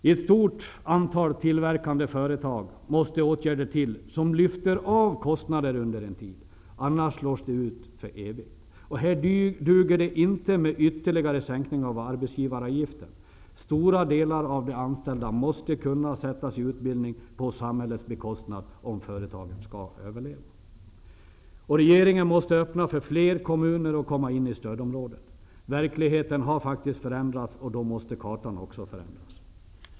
I ett stort antal tillverkande företag måste det till åtgärder som lyfter av kostnader under en tid, annars slås de ut för evigt. Här duger det inte med ytterligare sänkningar av arbetsgivaravgiften. Stora delar av de anställda måste kunna sättas i utbildning på samhällets bekostnad om företagen skall överleva. Regeringen måste öppna för fler kommuner att komma in i stödområdet. Verkligheten har faktiskt förändrats, och då måste kartan också förändras.